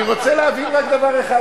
אני רוצה להבין רק דבר אחד,